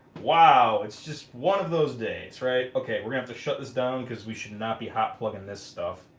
wow, it's just one of those days right? okay, we're gonna have to shut this down cause we should not be hot plugging this stuff.